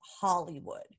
Hollywood